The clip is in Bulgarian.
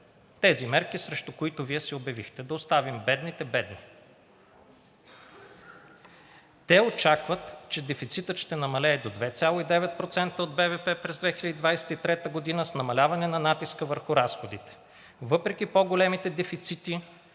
Тези мерки, срещу които Вие се обявихте – да оставим бедните бедни. Те очакват, че дефицитът ще намалее до 2,9% от БВП през 2023 г. с намаляване на натиска върху разходите. Въпреки по големите дефицити